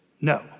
no